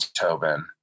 tobin